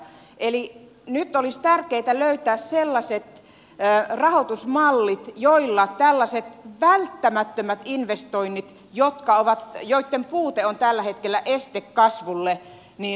eli nyt olisi tärkeätä löytää sellaiset rahoitusmallit joilla tällaiset välttämättömät investoinnit joitten puute on tällä hetkellä este kasvulle saataisiin hoidettua